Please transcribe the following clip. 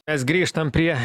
mes grįžtam prie